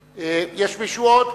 יש מישהו עוד?